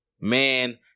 man